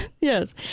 yes